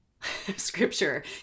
scripture